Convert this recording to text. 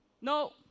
No